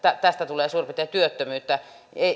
tästä tulee suurin piirtein työttömyyttä